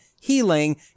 healing